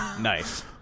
Nice